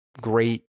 great